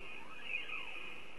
השר.